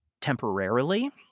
temporarily